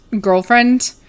girlfriend